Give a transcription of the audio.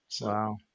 Wow